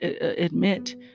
admit